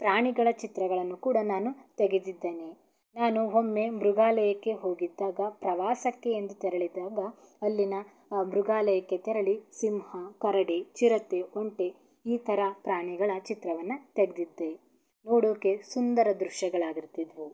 ಪ್ರಾಣಿಗಳ ಚಿತ್ರಗಳನ್ನು ಕೂಡ ನಾನು ತೆಗೆದಿದ್ದೇನೆ ನಾನು ಒಮ್ಮೆ ಮೃಗಾಲಯಕ್ಕೆ ಹೋಗಿದ್ದಾಗ ಪ್ರವಾಸಕ್ಕೆ ಎಂದು ತೆರಳಿದಾಗ ಅಲ್ಲಿನ ಮೃಗಾಲಯಕ್ಕೆ ತೆರಳಿ ಸಿಂಹ ಕರಡಿ ಚಿರತೆ ಒಂಟೆ ಈ ಥರ ಪ್ರಾಣಿಗಳ ಚಿತ್ರವನ್ನು ತೆಗೆದಿದ್ದೆ ನೋಡೋಕ್ಕೆ ಸುಂದರ ದೃಶ್ಯಗಳಾಗಿರ್ತಿದ್ದವು